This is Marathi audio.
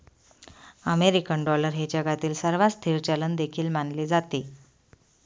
अमेरिकन डॉलर हे जगातील सर्वात स्थिर चलन देखील मानले जाते